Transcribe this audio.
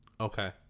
Okay